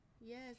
Yes